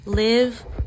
live